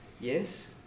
Yes